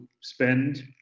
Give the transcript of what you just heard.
spend